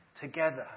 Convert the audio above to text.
together